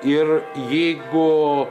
ir jeigu